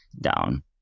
down